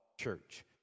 church